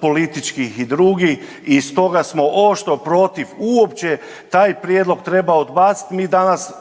političkih i drugih i stoga smo oštro protiv. Uopće taj prijedlog treba odbaciti. Mi danas